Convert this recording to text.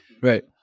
right